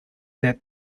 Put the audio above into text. that